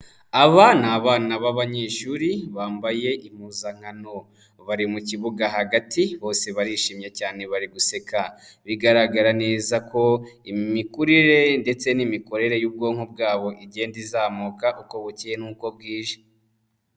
Aba ni abana b'abanyeshuri bambaye impuzankano, bari mu kibuga hagati bose barishimye cyane bari guseka, bigaragara neza ko imikurire ndetse n'imikorere y'ubwonko bwabo igenda izamuka uko bukeye n'uko bwije.